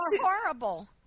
horrible